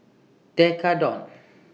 Tekkadon